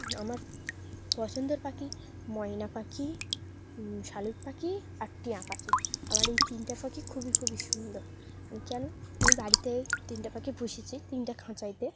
আমার পছন্দর পাখি ময়না পাখি শালুক পাখি আর টিঁয়া পাখি আমার এই তিনটাে পাখি খুবই খুবই সুন্দর কেন আমি বাড়িতে তিনটাে পাখি পুষেছি তিনটাে খাঁচাইতে